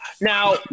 Now –